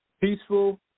Peaceful